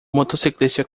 motociclista